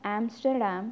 Amsterdam